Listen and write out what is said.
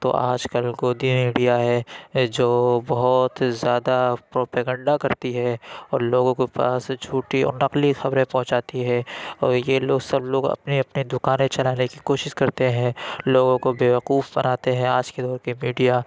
تو آج کل گودی میڈیا ہے جو بہت زیادہ پروپیگنڈا کرتی ہے اور لوگوں کے پاس جھوٹی اور نقلی خبریں پہنچاتی ہے اور یہ لوگ سب لوگ اپنی اپنی دُکانیں چلانے کی کوشس کرتے ہیں لوگوں کو بیوقوف بناتے ہیں آج کے دور کے میڈیا